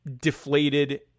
deflated